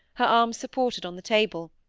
her arms supported on the table,